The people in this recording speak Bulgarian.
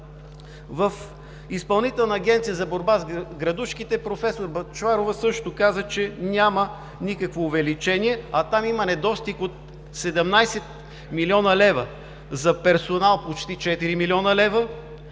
В Изпълнителната агенция за борба с градушките – професор Бъчварова също каза, че няма никакво увеличение, а там има недостиг от 17 млн. лв.: за персонал – почти 4 млн. лв.,